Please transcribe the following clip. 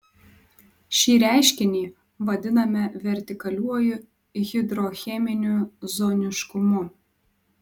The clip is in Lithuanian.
šį reiškinį vadiname vertikaliuoju hidrocheminiu zoniškumu